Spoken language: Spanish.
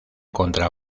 contra